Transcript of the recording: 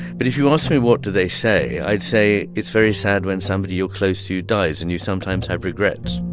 but if you ask me, what do they say? i'd say it's very sad when somebody you're close to dies, and you sometimes have regrets.